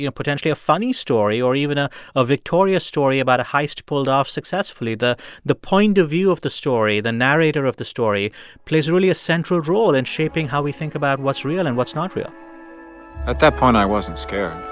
you know potentially a funny story or even a victorious story about a heist pulled off successfully. the the point of view of the story the narrator of the story plays, really, a central role in shaping how we think about what's real and what's not real at that point, i wasn't scared.